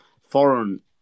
foreign